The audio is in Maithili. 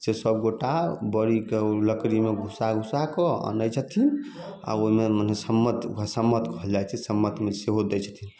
से सब गोटा बड़ीके ओ लकड़ीमे घुसा घुसा कऽ अनैत छथिन आ ओहिमे मने सम्मत ओकरा सम्मत कहल जाइत छै सम्मतमे सेहो दै छथिन